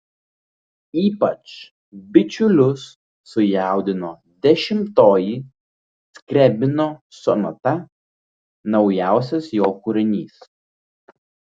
ypač bičiulius sujaudino dešimtoji skriabino sonata naujausias jo kūrinys